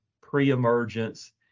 pre-emergence